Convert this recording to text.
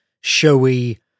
showy